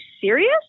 serious